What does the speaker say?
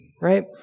right